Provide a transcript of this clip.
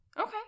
Okay